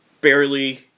barely